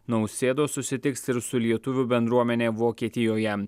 nausėda susitiks ir su lietuvių bendruomene vokietijoje